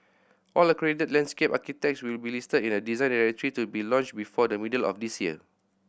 all accredited landscape architects will be listed in a Design Directory to be launched before the middle of this year